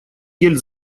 гель